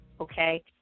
Okay